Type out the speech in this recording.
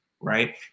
right